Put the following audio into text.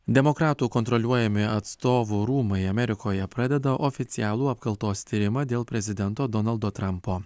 demokratų kontroliuojami atstovų rūmai amerikoje pradeda oficialų apkaltos tyrimą dėl prezidento donaldo trampo